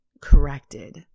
corrected